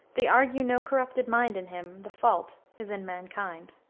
they argue no corrupted mind in him the fault is in mankind.